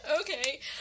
okay